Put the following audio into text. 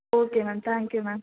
okay ma'am thank you ma'am